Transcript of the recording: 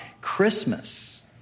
Christmas